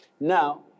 Now